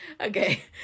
Okay